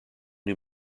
new